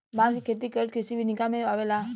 बांस के खेती कइल कृषि विनिका में अवेला